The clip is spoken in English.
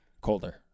Colder